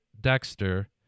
Dexter